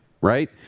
right